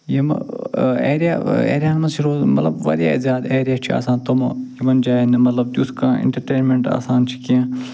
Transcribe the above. یِم اٮ۪رِیا اٮ۪رِیاہَن منٛز چھِ روزان مطلب واریاہ زیادٕ اٮ۪رِیا چھِ آسان تٔمہٕ یِمَن جایَن نہٕ مطلب تیُتھ کانٛہہ اِنٹَرٹینمیٚنٹ آسان چھُ کیٚنہہ